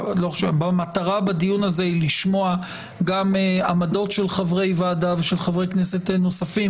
המטרה בדיון הזה היא לשמוע גם עמדות של חברי ועדה ושל חברי כנסת נוספים,